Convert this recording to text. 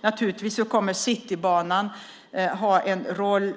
Naturligtvis kommer Citybanan att ha en roll